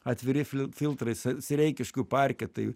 atviri fliu filtrai se sereikiškių parke tai